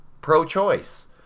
pro-choice